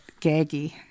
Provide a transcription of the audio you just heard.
gaggy